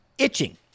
itching